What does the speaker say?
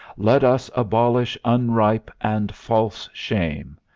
let us abolish unripe and false shame.